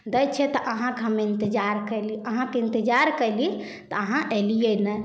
दै छिए तऽ अहाँके हम इन्तजार कएली अहाँके इन्तजार कएली तऽ अहाँ अएलिए नहि